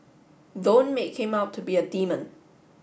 don't make him out to be a demon